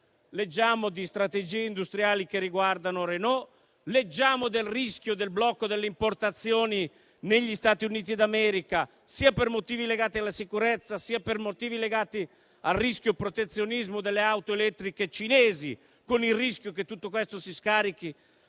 leggiamo di strategie industriali che riguardano Renault; leggiamo del rischio del blocco delle importazioni negli stati Uniti d'America sia per motivi legati alla sicurezza, sia per motivi legati al protezionismo nei confronti delle auto elettriche cinesi, con il pericolo che tutto questo si scarichi